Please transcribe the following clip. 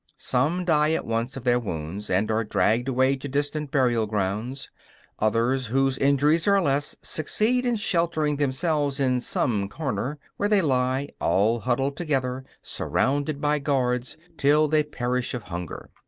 some die at once of their wounds, and are dragged away to distant burialgrounds others, whose injuries are less, succeed in sheltering themselves in some corner, where they lie, all huddled together, surrounded by guards, till they perish of hunger.